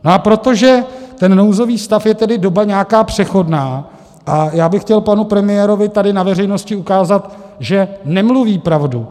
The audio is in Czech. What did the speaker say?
A protože nouzový stav je doba nějaká přechodná, já chtěl bych panu premiérovi tady na veřejnosti ukázat, že nemluví pravdu.